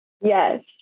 Yes